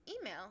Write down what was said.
email